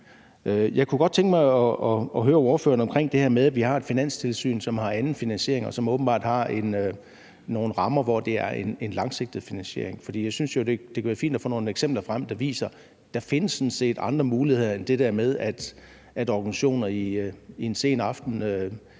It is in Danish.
Jeg kunne godt tænke mig at høre ordføreren om det her med, at vi har et Finanstilsyn, som har en anden finansiering, og som åbenbart har nogle rammer, hvor det er en langsigtet finansiering, for jeg synes jo, det kunne være fint at få nogle eksempler frem, der viser, at der sådan set findes andre muligheder end det der med, at organisationer i en sen aftentime